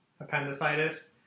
appendicitis